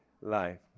life